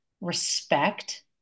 respect